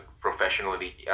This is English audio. professionally